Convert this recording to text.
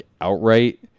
outright